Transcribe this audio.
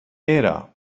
era